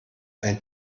ein